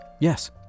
Yes